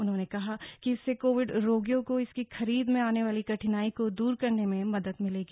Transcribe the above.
उन्होंने कहा कि इससे कोविड रोगियों को इसकी खरीद में आने वाली कठिनाई को दूर करने में मदद मिलेगी